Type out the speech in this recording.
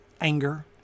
Anger